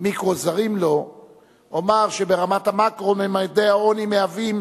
מיקרו זרים לו אומר שברמת המקרו ממדי העוני מהווים